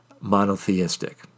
monotheistic